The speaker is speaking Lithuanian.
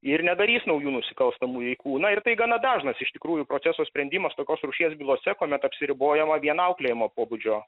ir nedarys naujų nusikalstamų veikų na ir tai gana dažnas iš tikrųjų proceso sprendimas tokios rūšies bylose kuomet apsiribojama vien auklėjimo pobūdžio